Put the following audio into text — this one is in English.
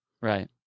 right